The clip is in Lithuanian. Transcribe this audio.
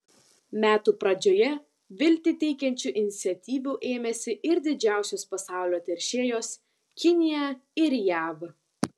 metų pradžioje viltį teikiančių iniciatyvų ėmėsi ir didžiausios pasaulio teršėjos kinija ir jav